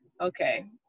okay